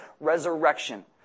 Resurrection